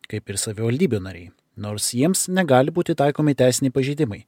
kaip ir savivaldybių nariai nors jiems negali būti taikomi teisiniai pažeidimai